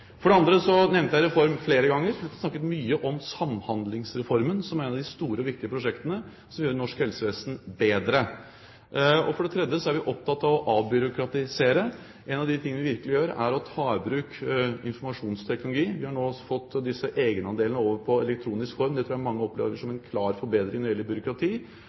For det andre nevnte jeg «reform» flere ganger. Jeg snakket mye om Samhandlingsreformen som et av de store og viktige prosjektene som vil gjøre norsk helsevesen bedre. For det tredje er vi opptatt av å avbyråkratisere. En av de tingene vi virkelig gjør, er å ta i bruk informasjonsteknologi. Vi har nå fått disse egenandelene over på elektronisk form – det tror jeg mange opplever som en klar forbedring når det gjelder byråkrati